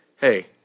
hey